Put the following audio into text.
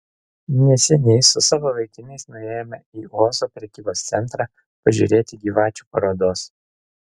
neseniai su savo vaikinais nuėjome į ozo prekybos centrą pažiūrėti gyvačių parodos